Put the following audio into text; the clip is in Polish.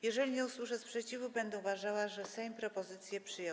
Jeżeli nie usłyszę sprzeciwu, będę uważała, że Sejm propozycję przyjął.